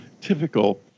typical